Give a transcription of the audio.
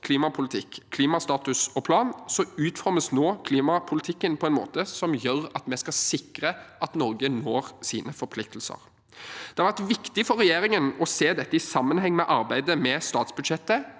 klimapolitikk, klima status og -plan, utformes nå klimapolitikken på en måte som gjør at vi skal sikre at Norge når sine forpliktelser. Det har vært viktig for regjeringen å se dette i sammenheng med arbeidet med statsbudsjettet